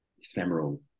ephemeral